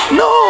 no